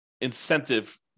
incentive